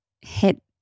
hit